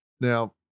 Now